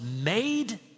made